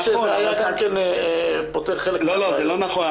זה לא נכון.